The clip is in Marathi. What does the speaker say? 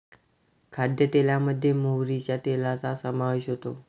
खाद्यतेलामध्ये मोहरीच्या तेलाचा समावेश होतो